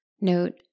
Note